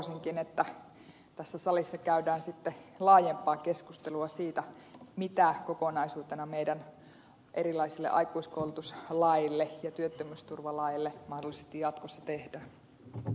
toivoisinkin että tässä salissa käydään sitten laajempaa keskustelua siitä mitä meidän erilaisille aikuiskoulutuslaeille ja työttömyysturvalaeille kokonaisuutena mahdollisesti jatkossa tehdään